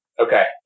Okay